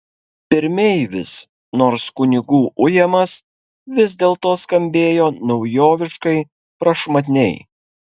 pirmeivis nors kunigų ujamas vis dėlto skambėjo naujoviškai prašmatniai